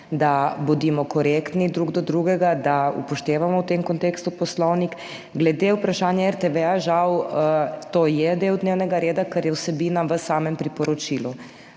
da bodimo korektni drug do drugega, da upoštevamo v tem kontekstu Poslovnik. Glede vprašanja RTV, žal to je del dnevnega reda, ker je vsebina v samem priporočilu.